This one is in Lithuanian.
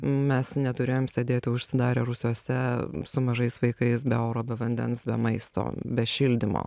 mes neturėjom sėdėti užsidarę rūsiuose su mažais vaikais be oro be vandens be maisto be šildymo